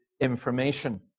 information